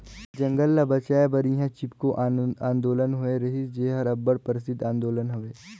जंगल ल बंचाए बर इहां चिपको आंदोलन होए रहिस जेहर अब्बड़ परसिद्ध आंदोलन हवे